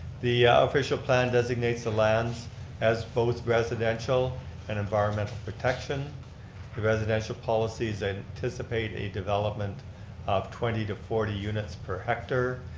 the so plan designates the lands as both residential and environmental protection. the residential policies and anticipate a development of twenty to forty units per hectare.